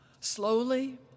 Slowly